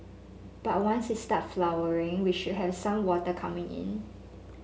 but once it starts flowering we should have some water coming in